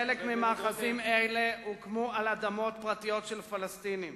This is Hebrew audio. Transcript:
חלק ממאחזים אלה הוקמו על אדמות פרטיות של פלסטינים.